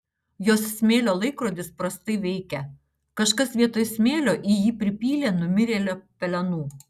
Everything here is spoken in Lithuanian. jos smėlio laikrodis prastai veikia kažkas vietoj smėlio į jį pripylė numirėlio pelenų